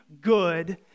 good